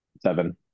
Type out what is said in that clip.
seven